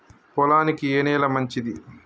పొలానికి ఏ నేల మంచిది?